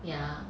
yeah